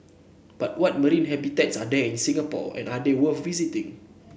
but what marine habitats are there in Singapore and are they worth visiting